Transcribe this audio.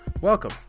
welcome